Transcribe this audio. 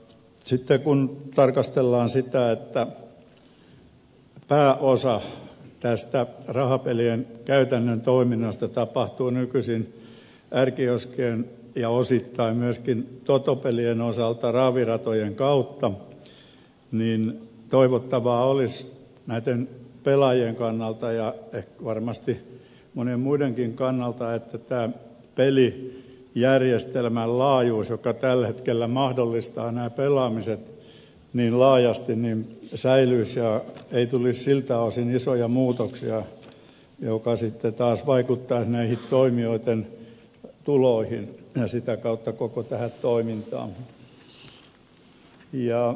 sitten kun tarkastellaan sitä että pääosa tästä rahapelien käytännön toiminnasta tapahtuu nykyisin r kioskien ja osittain totopelien osalta myöskin raviratojen kautta niin toivottavaa olisi näitten pelaajien kannalta ja varmasti monien muidenkin kannalta että tämä pelijärjestelmän laajuus joka tällä hetkellä mahdollistaa nämä pelaamiset niin laajasti säilyisi eikä tulisi siltä osin isoja muutoksia mitkä sitten taas vaikuttaisivat näiden toimijoitten tuloihin ja sitä kautta koko tähän toimintaan